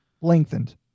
lengthened